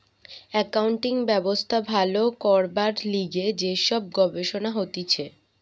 accounting ব্যবস্থা ভালো করবার লিগে যে সব গবেষণা হতিছে